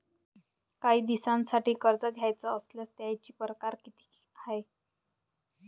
कायी दिसांसाठी कर्ज घ्याचं असल्यास त्यायचे परकार किती हाय?